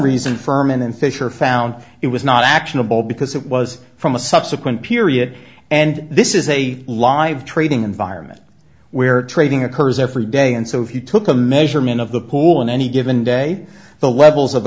reason firm and then fisher found it was not actionable because it was from a subsequent period and this is a live trading environment where trading occurs every day and so if you took a measurement of the pool in any given day the levels of